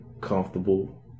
comfortable